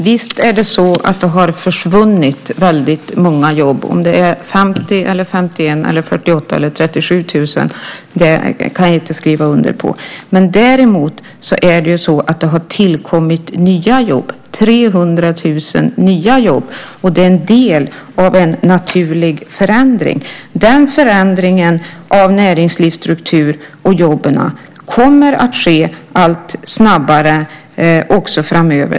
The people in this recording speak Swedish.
Herr talman! Visst har det försvunnit många jobb. Om det är 50 000, 51 000, 48 000 eller 37 000 kan jag inte skriva under på. Däremot har det tillkommit 300 000 nya jobb. Det är en del av en naturlig förändring. Den förändringen av näringslivsstruktur och jobb kommer att ske allt snabbare också framöver.